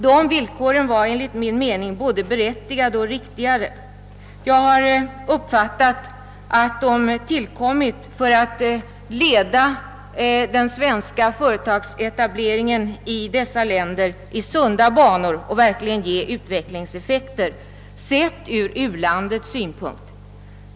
Dessa villkor var enligt min mening både berättigade och riktiga. Jag har uppfattat saken så, att de tillkommit för att leda den svenska företagsetableringen i dessa länder i sunda banor för att den verkligen skall ge utvecklingseffekter, sett ur u-landets synpunkt.